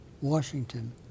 Washington